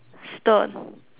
stone